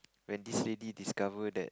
when this lady discover that